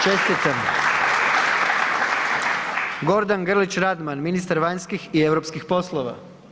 Čestitam. Gordan Grlić Radman, ministar vanjskih i europskih poslova.